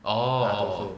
ya 读书